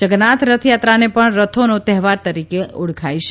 જગન્નાથ રથયાત્રાને પણ રથોનો તહેવાર તરીકે ઓળખાય છે